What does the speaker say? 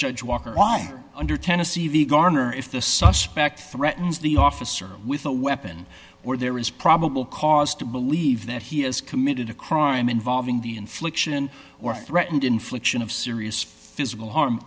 judge walker why under tennessee v garner if the suspect threatens the officer with a weapon or there is probable cause to believe that he has committed a crime involving the infliction or threatened infliction of serious physical harm